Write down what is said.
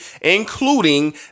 including